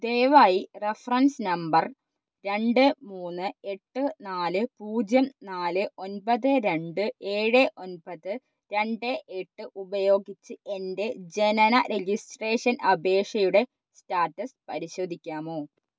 ദയവായി reference number രണ്ട് മൂന്ന് എട്ട് നാല് പൂജ്യം നാല് ഒൻപത് രണ്ട് ഏഴ് ഒൻപത് രണ്ട് എട്ട് ഉപയോഗിച്ചു എൻ്റെ ജനന രജിസ്ട്രേഷൻ അപേഷയുടെ സ്റ്റാറ്റസ് പരിശോധിക്കാമോ